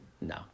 No